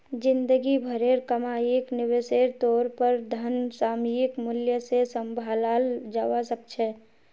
जिंदगी भरेर कमाईक निवेशेर तौर पर धन सामयिक मूल्य से सम्भालाल जवा सक छे